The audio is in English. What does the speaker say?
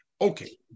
Okay